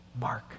Mark